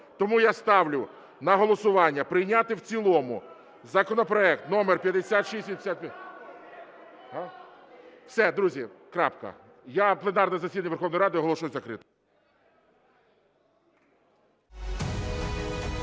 Тому я ставлю на голосування прийняти в цілому законопроект номер 5685... ( Шум у залі) Все, друзі, крапка. Я пленарне засідання Верховної Ради оголошую закритим.